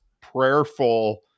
prayerful